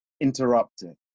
interrupted